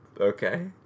Okay